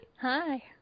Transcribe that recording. Hi